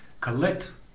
collect